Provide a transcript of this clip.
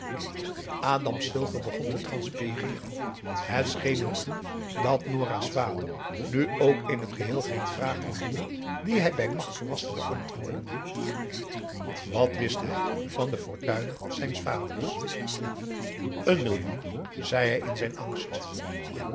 adam silver begon te transpireeren het scheen hem toe dat nora's vader nu ook in t geheel geen vraag kon doen die hij bij machte was te beantwoorden wat wist hij van de fortuin zijns vaders en millioen zei hij in zijn angst